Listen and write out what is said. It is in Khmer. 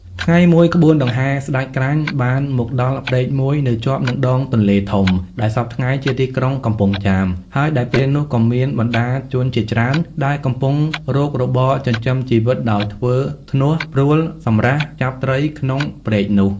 ថ្ងៃមួយ ក្បួនដង្ហែស្ដេចក្រាញ់បានមកដល់ព្រែកមួយនៅជាប់នឹងដងទន្លេធំ ដែលសព្វថ្ងៃជា ទីក្រុងកំពង់ចាម ហើយដែលពេលនោះក៏មានបណ្ដាជនជាច្រើនដែលកំពុងរករបរចិញ្ចឹមជីវិតដោយធ្វើ ធ្នោះ ព្រួល សម្រះ ចាប់ត្រីក្នុងព្រែកនោះ ។